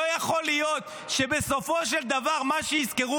לא יכול להיות שבסופו של דבר מה שיזכרו